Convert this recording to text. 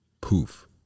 poof